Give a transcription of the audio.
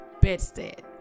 bedstead